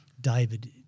David